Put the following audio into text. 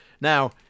Now